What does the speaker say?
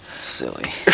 Silly